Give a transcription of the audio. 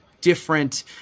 different